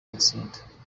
gutsinda